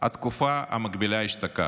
התקופה המקבילה אשתקד.